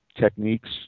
techniques